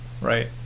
right